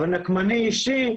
אבל נקמני אישי,